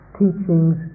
teachings